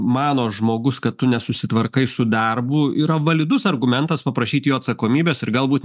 mano žmogus kad tu nesusitvarkai su darbu yra validus argumentas paprašyti jo atsakomybės ir galbūt